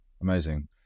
Amazing